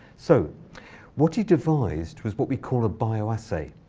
so what he devised was what we call a bioassay.